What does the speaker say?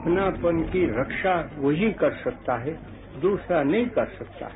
अपनापन की रक्षा वही कर सकता है दूसरा नहीं कर सकता है